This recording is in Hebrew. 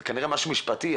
זה כנראה משהו משפטי.